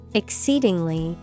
exceedingly